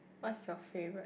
what's your favorite